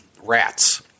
Rats